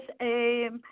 Yes